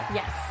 yes